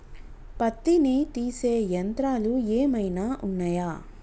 పత్తిని తీసే యంత్రాలు ఏమైనా ఉన్నయా?